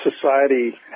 society